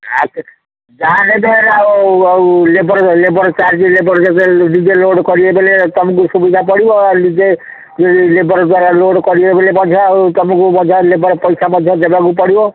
ଆଉ ସେ ଯାହା ନେବେ ଆଉ ଆଉ ଲେବର ଲେବର ଚାର୍ଜ ଲେବର ନିଜେ ଲୋଡ଼ କରିବେ ବୋଲେ ତୁମକୁ ସୁବିଧା ପଡ଼ିବ ଆଉ ନିଜେ ଲେବର ଦ୍ୱାରା ଲୋଡ଼ କରିବେ ବୋଲେ ମଧ୍ୟ ଆଉ ତୁମକୁ ମଧ୍ୟ ଲେବର ପଇସା ମଧ୍ୟ ଦେବାକୁ ପଡ଼ିବ